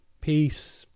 Peace